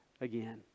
again